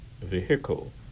vehicle